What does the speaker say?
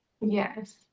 Yes